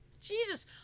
Jesus